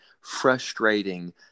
frustrating